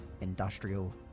industrial